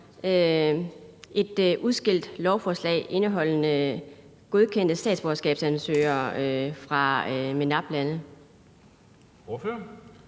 et udskilt lovforslag indeholdende godkendte statsborgerskabsansøgere fra MENAPT-lande.